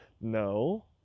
No